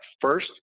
first